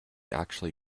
actually